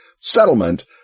settlement